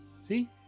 See